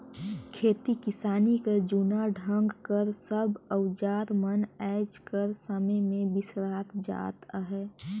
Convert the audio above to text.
खेती किसानी कर जूना ढंग कर सब अउजार मन आएज कर समे मे बिसरात जात अहे